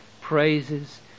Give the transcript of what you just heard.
praises